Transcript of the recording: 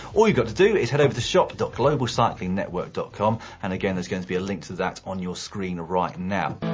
all you've got to do is head over to shop and globalcyclingnetwork com, and again there's going to be a link to that on your screen right now.